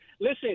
Listen –